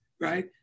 right